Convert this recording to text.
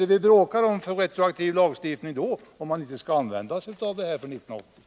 Men vad är det då för retroaktiv lagstiftning som vi bråkar om, om man ändå inte behöver använda sig av den vid 1980 års taxering?